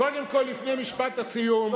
קודם כול, לפני משפט הסיום.